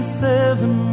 seven